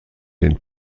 den